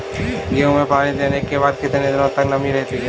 गेहूँ में पानी देने के बाद कितने दिनो तक नमी रहती है?